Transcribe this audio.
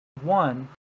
one